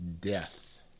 death